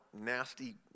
nasty